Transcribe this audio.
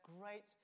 great